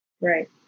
Right